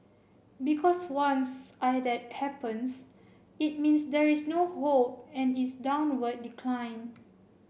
because once I that happens it means there is no hope and it's downward decline